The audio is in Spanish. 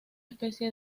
especie